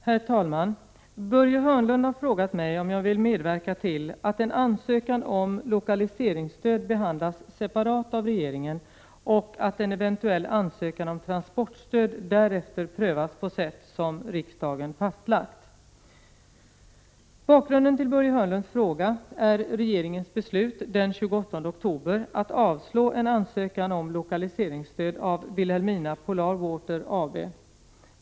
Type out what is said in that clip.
Herr talman! Börje Hörnlund har frågat mig om jag vill medverka till att en ansökan om lokaliseringsstöd behandlas separat av regeringen och att en eventuell ansökan om transportstöd därefter prövas på sätt som riksdagen fastlagt. Bakgrunden till Börje Hörnlunds fråga är regeringens beslut den 28 oktober att avslå en ansökan om lokaliseringsstöd av Vilhelmina Polar Water AB.